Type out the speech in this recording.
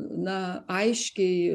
na aiškiai